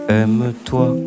aime-toi